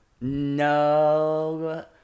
No